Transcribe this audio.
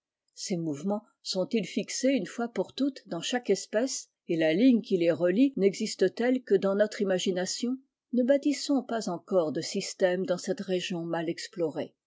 ces mouvements sont îi fixés une fois pour toutes dans chaque espèce le progrès de l'espèce et la ligne qui les relie n'existe t-elle que dans notre imagination ne bâtissons pas encore de système dans cette région mal explorée